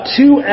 two